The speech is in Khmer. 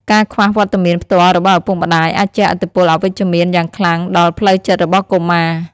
ការខ្វះវត្តមានផ្ទាល់របស់ឪពុកម្ដាយ អាចជះឥទ្ធិពលអវិជ្ជមានយ៉ាងខ្លាំងដល់ផ្លូវចិត្តរបស់កុមារ។